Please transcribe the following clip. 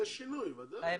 ודאי.